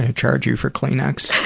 ah charge you for kleenex.